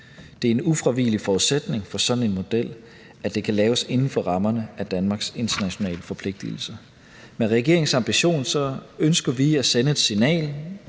Det er en ufravigelig forudsætning for sådan en model, at det kan laves inden for rammerne af Danmarks internationale forpligtigelser. Med regeringens ambition ønsker vi at sende et signal